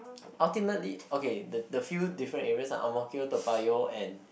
ultimately okay the the few different areas Ang-Mo-Kio Toa-Payoh and